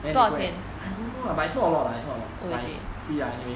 then he go and I don't know lah but it's not a lot lah it's not a lot but it's free lah anyway